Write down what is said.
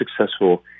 successful